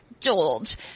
George